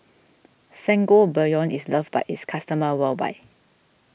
Sangobion is loved by its customers worldwide